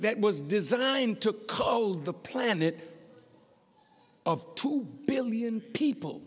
that was designed to cold the planet of two billion people